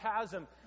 chasm